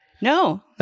No